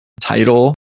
title